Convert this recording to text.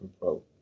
pro